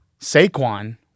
Saquon